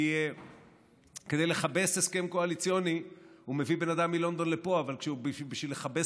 כי כדי לכבס הסכם קואליציוני הוא מביא בן אדם מלונדון לפה,